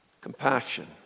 Compassion